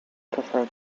prefer